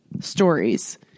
stories